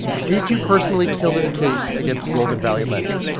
did you personally kill this case against golden valley lending?